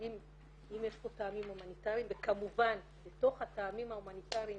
אם יש פה טעמים הומניטריים וכמובן בתוך הטעמים ההומניטריים